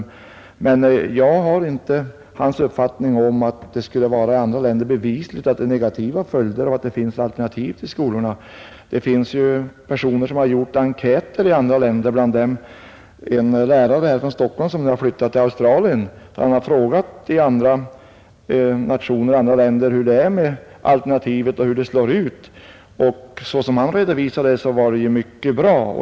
Jag delar emellertid inte hans uppfattning att det i andra länder skulle vara bevisat att det blir negativa följder om det finns alternativa skolor. Det finns ju personer som har gjort enkäter i andra länder, bland dem en lärare härifrån Stockholm som nu har flyttat till Australien. Han har frågat hur det är med alternativet och hur det slår ut, och såsom han redovisade det var det mycket bra.